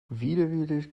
widerwillig